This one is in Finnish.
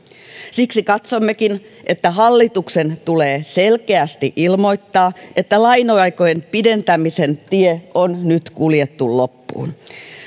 siksi katsommekin että hallituksen tulee selkeästi ilmoittaa että laina aikojen pidentämisen tie on nyt kuljettu loppuun